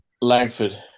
Langford